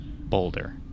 boulder